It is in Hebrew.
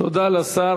תודה לשר.